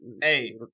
Hey